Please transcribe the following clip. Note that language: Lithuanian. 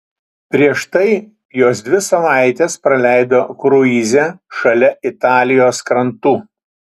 prieš tai jos dvi savaites praleido kruize šalia italijos krantų